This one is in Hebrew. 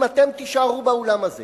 אם אתם תישארו באולם הזה